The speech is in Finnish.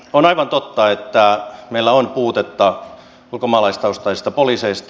on aivan totta että meillä on puutetta ulkomaalaistaustaisista poliiseista